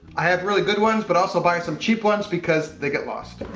i have really good ones but also buy some cheap ones because they get lost. ow.